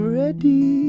ready